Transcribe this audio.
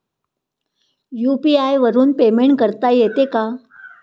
UPI वरून payment करता येते का?